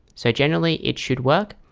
so generally it should work.